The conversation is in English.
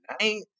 night